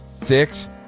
Six